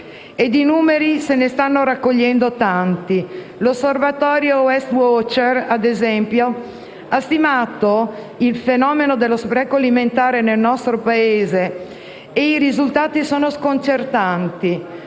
E di numeri se ne stanno raccogliendo tanti. L'Osservatorio Waste Watcher, ad esempio, ha stimato il fenomeno dello spreco alimentare nel nostro Paese e i risultati sono sconcertanti: